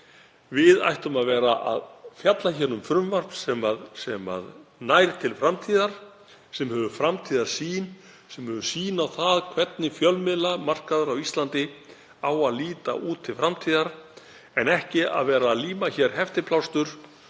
Við ættum að vera að fjalla um frumvarp sem nær til framtíðar, sem hefur framtíðarsýn, sem hefur sýn á það hvernig fjölmiðlamarkaður á Íslandi á að líta út til framtíðar en ekki að vera að líma hér heftiplástur